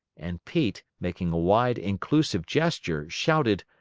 and pete, making a wide, inclusive gesture, shouted,